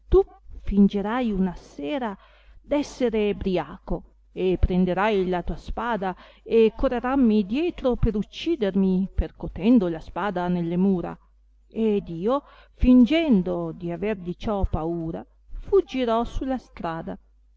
fingerai una sera d esser ebbriaco e prenderai la tua spada e correrammi dietro per uccidermi percotendo la spada nelle mura ed io fingendo d aver di ciò paura fuggirò su la strada